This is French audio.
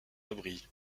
abri